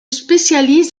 spécialise